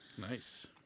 Nice